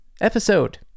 episode